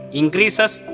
increases